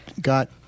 got